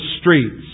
streets